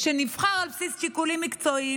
שנבחר על בסיס שיקולים מקצועיים,